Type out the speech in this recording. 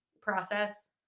process